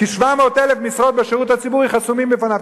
כי 700,000 משרות בשירות הציבורי חסומות בפניו,